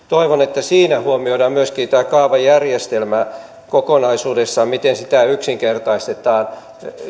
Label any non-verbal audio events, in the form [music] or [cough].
[unintelligible] toivon että siinä huomioidaan myöskin tämä kaavajärjestelmä kokonaisuudessaan se miten sitä yksinkertaistetaan